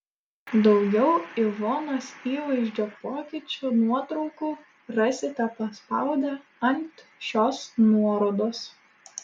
daugiau ivonos įvaizdžio pokyčių nuotraukų rasite paspaudę ant šios nuorodos